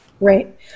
Right